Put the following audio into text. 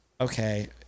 Okay